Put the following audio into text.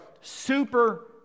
super